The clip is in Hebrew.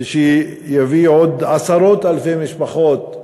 ושיביא עוד עשרות אלפי משפחות,